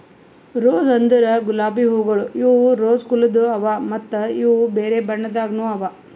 rose ಅಂದುರ್ ಗುಲಾಬಿ ಹೂವುಗೊಳ್ ಇವು ರೋಸಾ ಕುಲದ್ ಅವಾ ಮತ್ತ ಇವು ಬೇರೆ ಬೇರೆ ಬಣ್ಣದಾಗನು ಅವಾ